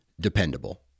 dependable